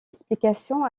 explication